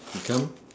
become